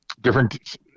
Different